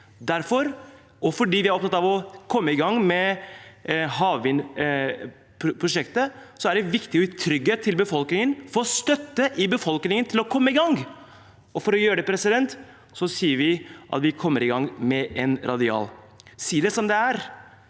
Derfor, og fordi vi er opptatt av å komme i gang med havvindprosjektet, er det viktig å gi trygghet til befolkningen og få støtte i befolkningen til å komme i gang. For å gjøre det sier vi at vi kommer i gang med en radial. Si det som det er: